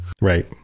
Right